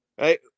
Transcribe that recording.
right